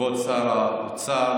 כבוד שר האוצר,